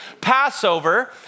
Passover